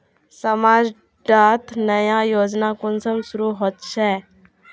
समाज डात नया योजना कुंसम शुरू होछै?